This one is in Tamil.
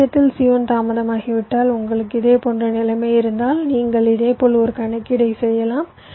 மற்ற விஷயத்தில் c1 தாமதமாகிவிட்டால் உங்களுக்கு இதேபோன்ற நிலைமை இருந்தால் நீங்கள் இதேபோல் ஒரு கணக்கீடு செய்யலாம்